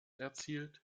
erzielt